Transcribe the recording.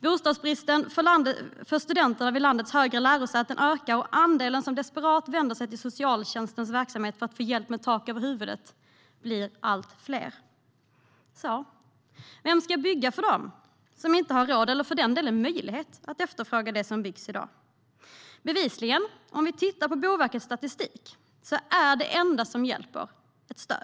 Bostadsbristen för studenterna vid landets högre lärosäten ökar, och andelen som desperat vänder sig till socialtjänsten för att få hjälp med tak över huvudet blir allt fler. Vem ska bygga för dem som inte har råd eller för den delen möjlighet att efterfråga det som byggs i dag? Om vi tittar på Boverkets statistik är bevisligen det enda som hjälper ett stöd.